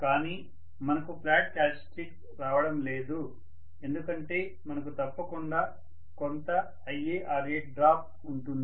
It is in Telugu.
కానీ మనకు ఫ్లాట్ కారక్టర్య్స్టిక్స్ రావడం లేదు ఎందుకంటే మనకు తప్పకుండా కొంత IaRa డ్రాప్ ఉంటుంది